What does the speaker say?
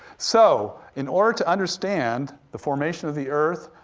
so, in order to understand the formation of the earth,